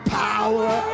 power